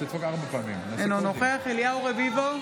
אינו נוכח אליהו רביבו,